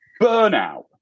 burnout